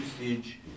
usage